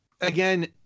again